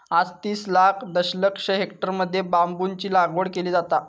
आज तीस लाख दशलक्ष हेक्टरमध्ये बांबूची लागवड केली जाता